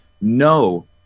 no